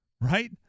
right